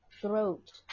throat